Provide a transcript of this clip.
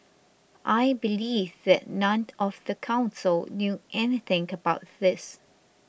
I believe that none of the council knew anything about this